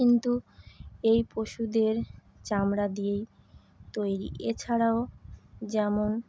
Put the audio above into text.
কিন্তু এই পশুদের চামড়া দিয়েই তৈরি এছাড়াও যেমন